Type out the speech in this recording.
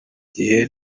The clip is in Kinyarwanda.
gihe